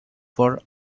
for